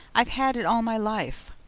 i've had it all my life.